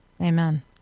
Amen